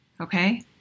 Okay